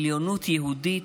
עליונות יהודית,